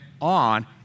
on